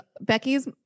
Becky's